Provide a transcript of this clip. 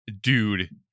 dude